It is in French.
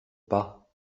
pas